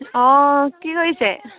অঁ কি কৰিছে